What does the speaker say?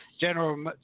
general